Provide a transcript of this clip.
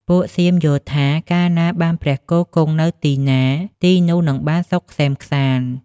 ពួកសៀមយល់ថា កាលណាបានព្រះគោគង់នៅទីណា ទីនោះនឹងបានសុខក្សេមក្សាន្ដ។